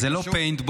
זה לא פּיינטבּוֹל,